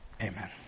amen